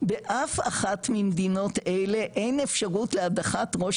באף אחת ממדינות אלה אין אפשרות להדחת ראש